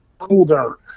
older